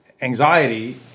anxiety